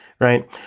right